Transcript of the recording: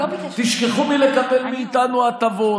תשכחו מלקבל מאיתנו הטבות,